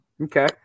Okay